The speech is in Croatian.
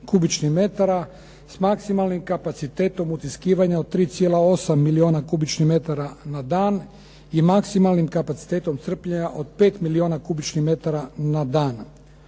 s maksimalnim kapacitetom utiskivanja od 3,8 milijuna kubičnih metara na dan i maksimalnim kapacitetom crpljenja od 5 milijuna kubičnih metara na dan.